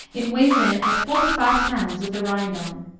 it weighs in at forty-five pounds with the rind on.